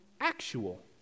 actual